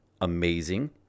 Amazing